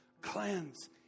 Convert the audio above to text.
cleanse